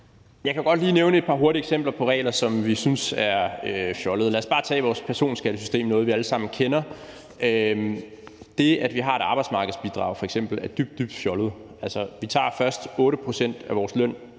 Jeg kan godt lige nævne et par hurtige eksempler på regler, som vi synes er fjollede. Lad os bare tage vores personskattesystem, som er noget, vi alle sammen kender. Det, at vi f.eks. har et arbejdsmarkedsbidrag, er dybt, dybt fjollet. Altså, vi tager først 8 pct. af vores løn.